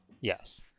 Yes